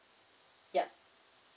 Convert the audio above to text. yup